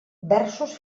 versos